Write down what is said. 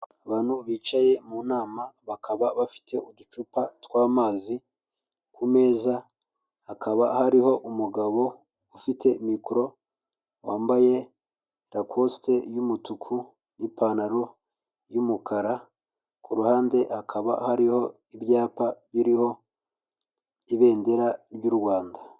Abantu bicaye mu nama bakaba bafite uducupa tw'amazi ku meza, hakaba hariho umugabo ufite mikoro wambaye rakosite y'umutuku n'ipantaro y'umukara, ku ruhande hakaba hariho ibyapa biriho ibendera ry'u Rwanda.